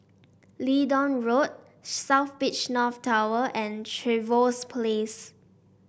Leedon Road South Beach North Tower and Trevose Place